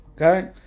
Okay